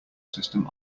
system